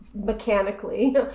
mechanically